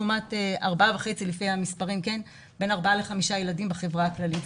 לעומת בין ארבעה לחמישה ילדים בחברה הכללית.